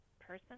person